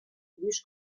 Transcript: lluís